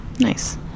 Nice